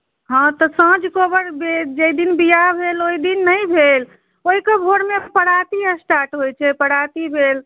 हँ तऽ साँझ कोबर जाहि दिन बियाह भेल ओहि दिन नहि भेल ओहिके भोरमे पराती स्टार्ट होइत छै पराती भेल